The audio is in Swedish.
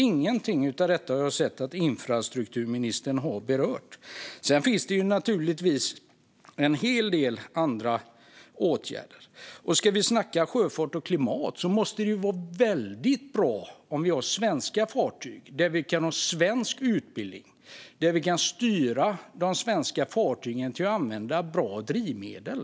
Inget av detta har jag sett att infrastrukturministern har berört. Sedan finns det naturligtvis en hel del andra åtgärder. Vi kan snacka om sjöfart och klimat. Då måste det vara väldigt bra om vi har svenska fartyg där vi kan ha svensk utbildning och där vi kan styra de svenska fartygen till att använda bra drivmedel.